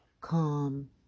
calm